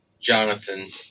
Jonathan